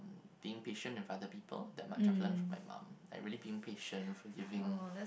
being patient with other people that much I've learnt from my mom like really being patient forgiving